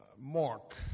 Mark